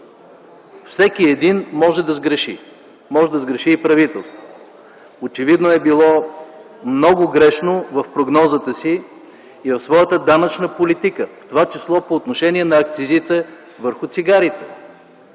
Всеки един може да сгреши. Може да сгреши и правителството. То очевидно е било много грешно в прогнозата си и в своята данъчна политика, в това число по отношение на акцизите върху цигарите.